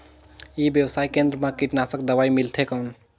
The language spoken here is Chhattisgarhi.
ई व्यवसाय केंद्र मा कीटनाशक दवाई मिलथे कौन?